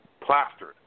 plastered